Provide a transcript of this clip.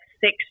six